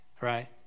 right